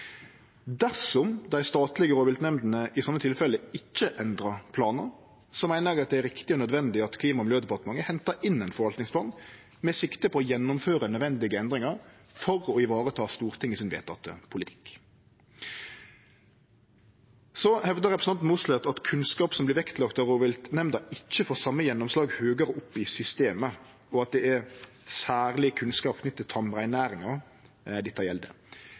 Dersom dei statlege rovviltnemndene i slike tilfelle ikkje endrar planane, meiner eg det er riktig og nødvendig at Klima- og miljødepartementet hentar inn ein forvaltningsplan med sikte på å gjennomføre nødvendige endringar for å vareta Stortingets vedtekne politikk. Så hevdar representanten Mossleth at kunnskap som vert vektlagd av rovviltnemnda, ikkje får same gjennomslag høgre opp i systemet, og at dette gjeld særleg kunnskap knytt til tamreinnæringa.